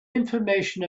information